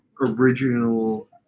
original